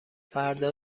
فردا